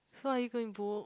so are you going book